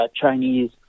Chinese